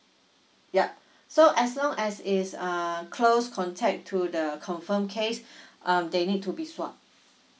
yup so as long as is uh close contact to the confirm case um they need to be swap